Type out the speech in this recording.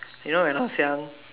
you know when I was young